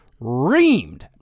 reamed